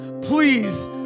please